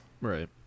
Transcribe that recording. Right